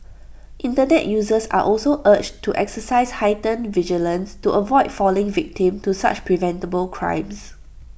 Internet users are also urged to exercise heightened vigilance to avoid falling victim to such preventable crimes